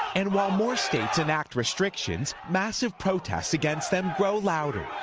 and while more states enact restrictions, massive protests against them grow louder.